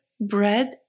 bread